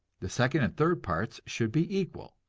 the second and third parts should be equal,